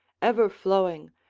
ever-flowing,